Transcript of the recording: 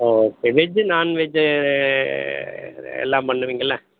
okay veg non veg இது எல்லாம் பண்ணுவீங்கள்லே